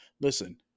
Listen